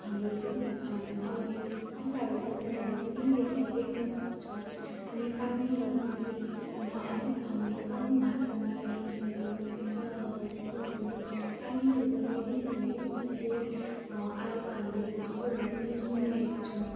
हाम्रो जुन आउने पुस्ताहरू छ उनीहरूले पनि यसलाई देख्नसक्छ अनि पानीहरू पनि अलिक हामीले कम मात्रामा युज गर्नु मतलब चलाउनुपर्छ किनभने पानीहरू पनि दिन दिनै सुक्दै आएको हामीले खबरहरू पनि सुनिरहेका छौँ